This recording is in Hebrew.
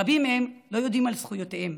רבים מהם לא יודעים על זכויותיהם,